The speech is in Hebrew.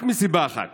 רק מסיבה אחת: